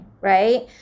right